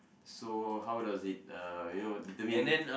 so how does it uh you know determine